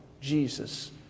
Jesus